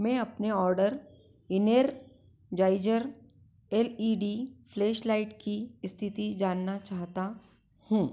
मैं अपने order Energizer L E D flashlight की स्थिति जानना चाहता हूँ